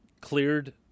cleared